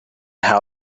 how